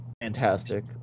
fantastic